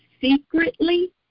secretly